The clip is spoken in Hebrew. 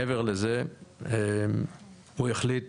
מעבר לזה הוא החליט